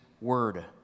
Word